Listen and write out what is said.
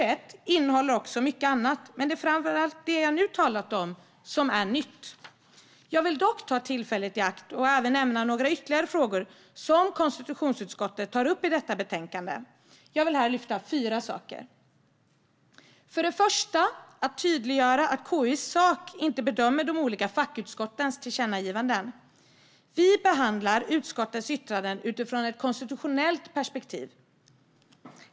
Jag vill dock ta tillfället i akt och nämna några ytterligare frågor som konstitutionsutskottet tar upp i detta betänkande. Jag vill här lyfta fram fyra saker. För det första vill vi tydliggöra att KU inte i sak bedömer de olika fackutskottens tillkännagivanden. Vi behandlar utskottens yttranden utifrån ett konstitutionellt perspektiv.